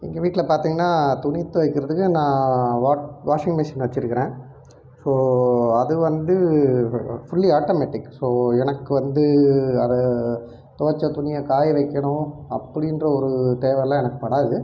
எங்கள் வீட்டில் பார்த்திங்கன்னா துணி துவைக்கிறதுக்கு நான் வாட் வாஷிங் மிஷின் வச்சிருக்கிறேன் ஸோ அது வந்து ஃபுல்லி ஆட்டோமெட்டிக் ஸோ எனக்கு வந்து அதை துவைச்ச துணியை காய வைக்கணும் அப்படின்ற ஒரு தேவைல்லாம் எனக்கு வராது